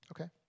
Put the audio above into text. Okay